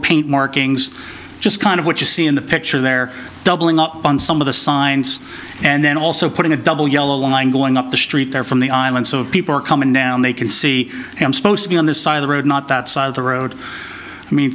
paint markings just kind of what you see in the picture they're doubling up on some of the signs and then also putting a double yellow line going up the street there from the island so people are coming down they can see i'm supposed to be on this side of the road not that side of the road i mean